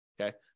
okay